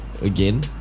again